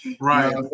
Right